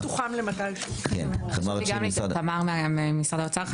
כן, תמר צ'ין, משרד האוצר.